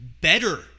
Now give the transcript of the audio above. better